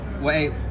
Wait